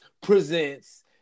presents